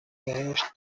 بهشت